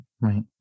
right